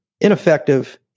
ineffective